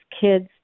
kids